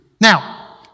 Now